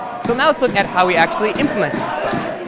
so now let's look at how we actually implemented this class.